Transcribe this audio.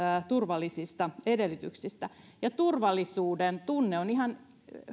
turvallisista edellytyksistä ja turvallisuudentunne on ihan